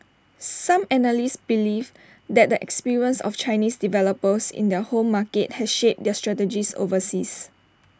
some analysts believe that the experience of Chinese developers in their home market has shaped their strategies overseas